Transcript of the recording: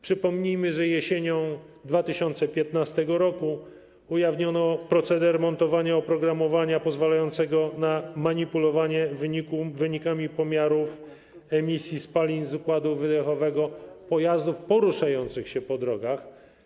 Przypomnijmy, że jesienią 2015 r. ujawniono proceder montowania oprogramowania pozwalającego na manipulowanie wynikami pomiarów emisji spalin z układu wydechowego pojazdów poruszających się po drogach.